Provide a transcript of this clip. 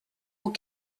aux